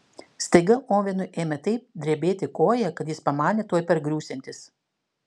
staiga ovenui ėmė taip drebėti koja kad jis pamanė tuoj pargriūsiantis